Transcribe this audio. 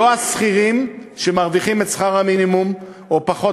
לא השכירים שמרוויחים את שכר המינימום או פחות